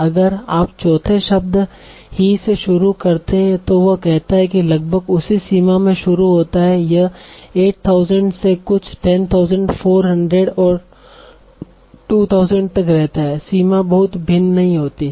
अगर आप चौथे शब्द ही से शुरू करते हैं तो वह कहता है कि यह लगभग उसी सीमा में शुरू होता है यह 8000 से कुछ 10400 और 200 तक रहता है सीमा बहुत भिन्न नहीं होती है